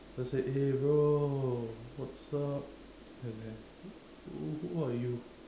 just say eh bro what's up I was like who who who are you